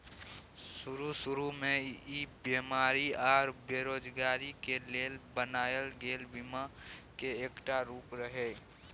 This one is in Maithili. शरू शुरू में ई बेमारी आ बेरोजगारी के लेल बनायल गेल बीमा के एकटा रूप रिहे